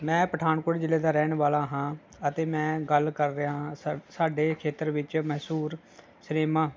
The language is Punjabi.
ਮੈਂ ਪਠਾਨਕੋਟ ਜ਼ਿਲ੍ਹੇ ਦਾ ਰਹਿਣ ਵਾਲਾ ਹਾਂ ਅਤੇ ਮੈਂ ਗੱਲ ਕਰ ਰਿਹਾ ਹਾਂ ਸਾਡੇ ਸਾਡੇ ਖੇਤਰ ਵਿੱਚ ਮਸ਼ਹੂਰ ਸਿਨੇਮਾ